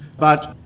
but